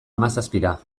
hamazazpira